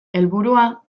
helburua